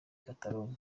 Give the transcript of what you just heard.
catalogne